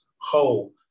whole